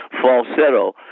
falsetto